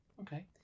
Okay